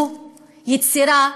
הוא יצירה,